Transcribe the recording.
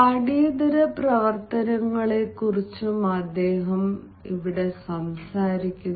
പാഠ്യേതര പ്രവർത്തനങ്ങളെക്കുറിച്ചും അദ്ദേഹം സംസാരിക്കുന്നു